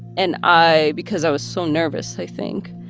and i because i was so nervous, i think.